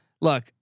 Look